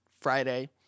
Friday